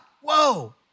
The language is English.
Whoa